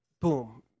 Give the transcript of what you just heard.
boom